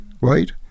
right